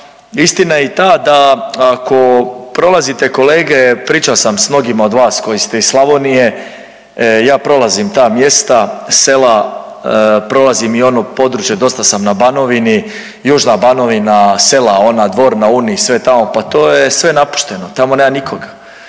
Istina je i ta da ako prolazite kolege pričao sam s mnogima od vas koji ste iz Slavonije, ja prolazim ta mjesta, sela, prolazim i ono područje dosta sam na Banovini, južna Banovina, sela ona Dvor na Uni, sve tamo, pa to je sve napušteno, tamo nema nikoga,